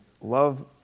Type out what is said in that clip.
love